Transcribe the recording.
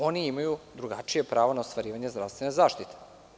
Oni imaju drugačije pravo na ostvarivanje zdravstvene zaštite.